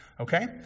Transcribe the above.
Okay